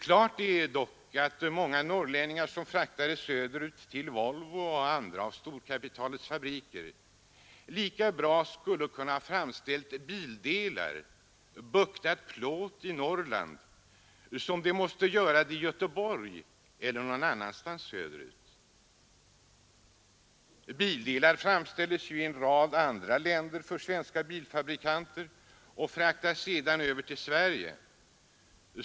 Klart är dock att de många norrlänningar som fraktades söderut till Volvo och andra av storkapitalets fabriker lika bra skulle ha kunnat framställa bildelar eller bukta plåt i Norrland som i Göteborg eller någon annanstans söderut. Bildelar framställs ju för de svenska bilfabrikerna i en rad andra länder och fraktas sedan över till Sverige.